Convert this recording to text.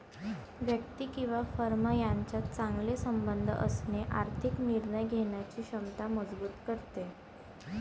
व्यक्ती किंवा फर्म यांच्यात चांगले संबंध असणे आर्थिक निर्णय घेण्याची क्षमता मजबूत करते